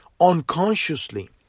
unconsciously